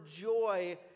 joy